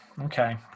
okay